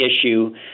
issue